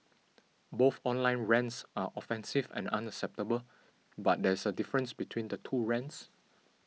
both online rants are offensive and unacceptable but there is a difference between the two rants